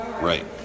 Right